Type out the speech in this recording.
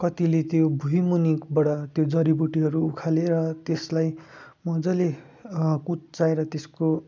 कतिले त्यो भुँइमुनिबाट त्यो जडीबुट्टीहरू उखालेर त्यसलाई मज्जाले कुच्चाएर त्यसको